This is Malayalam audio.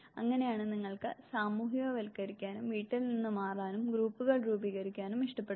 അങ്ങനെയാണ് നിങ്ങൾക്ക് സാമൂഹികവൽക്കരിക്കാനും വീട്ടിൽ നിന്ന് മാറാനും ഗ്രൂപ്പുകൾ രൂപീകരിക്കാനും ഇഷ്ടപ്പെടുന്നത്